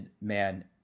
man